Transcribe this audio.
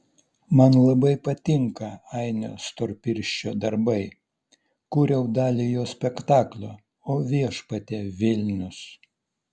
man labai patinka ainio storpirščio darbai kūriau dalį jo spektaklio o viešpatie vilnius